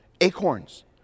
acorns